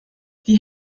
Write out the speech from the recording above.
die